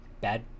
bad